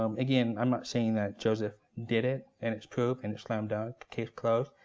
um again, i'm not saying that joseph did it, and it's proved, and it's slam-dunk, case closed.